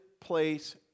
place